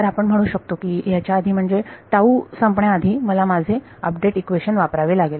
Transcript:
तर आपण म्हणू शकतो ह्याच्या आधी म्हणजे संपण्या आधी मला माझे अपडेट इक्वेशन वापरावे लागेल